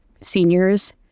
seniors